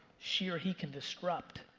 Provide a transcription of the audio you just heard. she or he can disrupt.